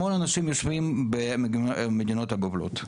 המון אנשים יושבים במדינות הגובלות,